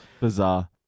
Bizarre